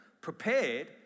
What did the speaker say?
prepared